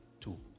two